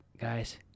guys